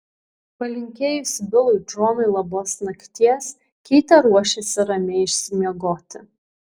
palinkėjusi bilui džonui labos nakties keitė ruošėsi ramiai išsimiegoti